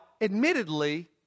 admittedly